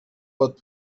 pot